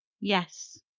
Yes